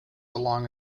along